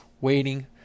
waiting